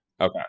Okay